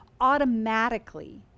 automatically